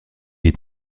est